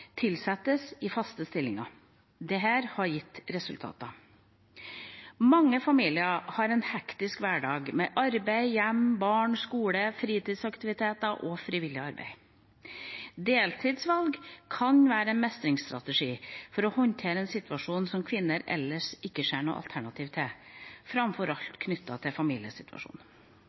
tilsettes i faste stillinger. Dette har gitt resultater. Mange familier har en hektisk hverdag med arbeid, hjem, barn, skole, fritidsaktiviteter og frivillig arbeid. Deltidsvalg kan være en mestringsstrategi for å håndtere en situasjon som kvinner ellers ikke ser noe alternativ til, framfor alt knyttet til